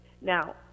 Now